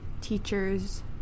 teachers